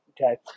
Okay